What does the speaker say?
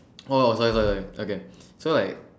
oh sorry sorry sorry okay so like